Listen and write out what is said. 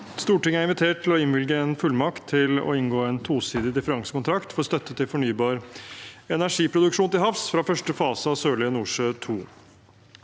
Stortinget er invitert til å innvilge en fullmakt til å inngå en tosidig differansekontrakt for støtte til fornybar energiproduksjon til havs for første fase av Sørlige Nordsjø II.